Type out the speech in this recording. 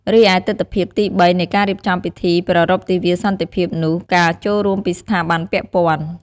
រីឯទិដ្ឋភាពទីបីនៃការរៀបចំពិធីប្រារព្ធទិវាសន្តិភាពនោះ ការចូលរួមពីស្ថាប័នពាក់ព័ន្ធ។